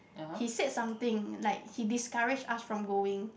he said something like he discourage us from going